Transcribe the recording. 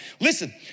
Listen